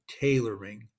Tailoring